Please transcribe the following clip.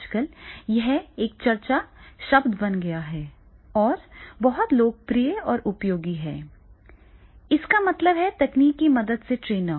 आजकल यह एक चर्चा शब्द बन गया है और बहुत लोकप्रिय और उपयोगी है इसका मतलब है तकनीक की मदद से ट्रेनर